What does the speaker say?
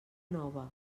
nova